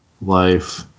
Life